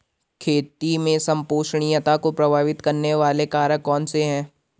खेती में संपोषणीयता को प्रभावित करने वाले कारक कौन से हैं?